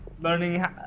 learning